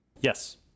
Yes